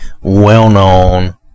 well-known